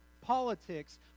politics